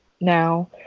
now